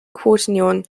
quaternion